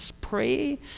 pray